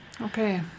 okay